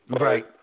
Right